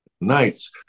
nights